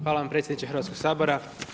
Hvala vam predsjedniče Hrvatskog sabora.